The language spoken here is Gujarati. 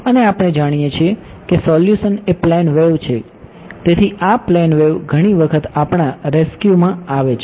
અને આપણે જાણીએ છીએ કે સોલ્યુશન એ પ્લેન વેવ છે તેથી આ પ્લેન વેવ ઘણી વખત આપણા રેસ્ક્યુમાં આવે છે